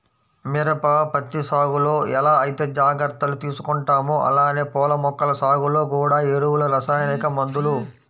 మిరప, పత్తి సాగులో ఎలా ఐతే జాగర్తలు తీసుకుంటామో అలానే పూల మొక్కల సాగులో గూడా ఎరువులు, రసాయనిక మందులు